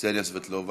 קסניה סבטלובה,